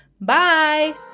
Bye